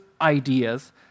ideas—